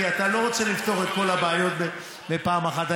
כי אתה לא רוצה לפתור את כל הבעיות בפעם אחת.